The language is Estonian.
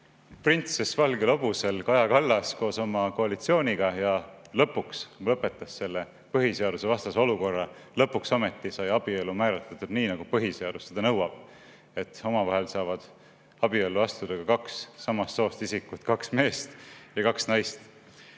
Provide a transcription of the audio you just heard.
printsess valgel hobusel, Kaja Kallas koos oma koalitsiooniga, ja lõpetas selle põhiseadusvastase olukorra, lõpuks ometi sai abielu määratletud nii, nagu põhiseadus seda nõuab, et omavahel saavad abiellu astuda ka kaks samast soost isikut, kaks meest või kaks naist.